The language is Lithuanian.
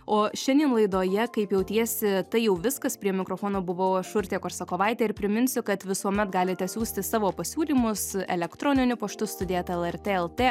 o šiandien laidoje kaip jautiesi tai jau viskas prie mikrofono buvau aš urtė korsakovaitė ir priminsiu kad visuomet galite siųsti savo pasiūlymus elektroniniu paštu studija eta lrt lt